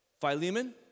Philemon